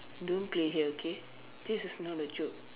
don't play here okay this is not a joke